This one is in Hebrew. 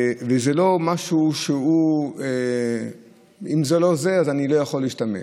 וזה לא משהו שאם זה לא זה, אז אני לא יכול להשתמש.